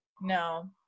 no